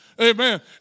Amen